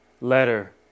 letter